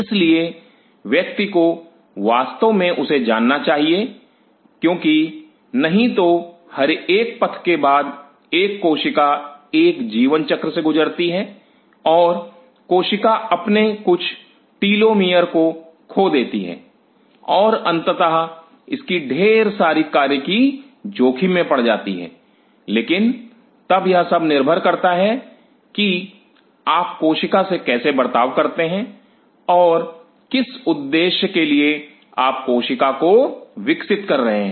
इसलिए व्यक्ति को वास्तव में उसे जानना चाहिए क्योंकि नहीं तो हर एक पथ के बाद एक कोशिका एक जीवन चक्र से गुजरती है और कोशिका अपने कुछ टीलोमियर को खो देती है और अंततः इसकी ढेर सारी कार्यकी जोखिम में पड़ जाती हैं लेकिन तब यह सब निर्भर करता है कि आप कोशिका से कैसे बर्ताव करते हैं और किस उद्देश्य के लिए आप कोशिका को विकसित कर रहे हैं